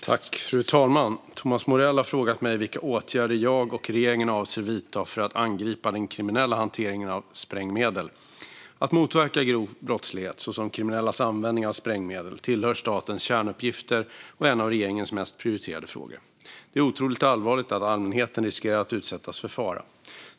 Fru talman! Thomas Morell har frågat mig vilka åtgärder jag och regeringen avser att vidta för att angripa den kriminella hanteringen av sprängmedel. Att motverka grov brottslighet, såsom kriminellas användning av sprängmedel, tillhör statens kärnuppgifter och är en av regeringens mest prioriterade frågor. Det är otroligt allvarligt att allmänheten riskerar att utsättas för fara.